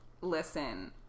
listen